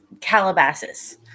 Calabasas